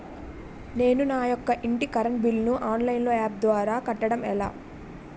నేను నా యెక్క ఇంటి కరెంట్ బిల్ ను ఆన్లైన్ యాప్ ద్వారా కట్టడం ఎలా?